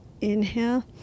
Inhale